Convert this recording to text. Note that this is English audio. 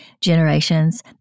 generations